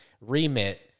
remit